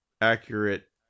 accurate